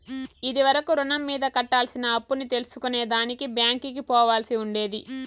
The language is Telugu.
ఇది వరకు రుణం మీద కట్టాల్సిన అప్పుని తెల్సుకునే దానికి బ్యాంకికి పోవాల్సి ఉండేది